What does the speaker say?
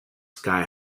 sky